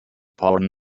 porn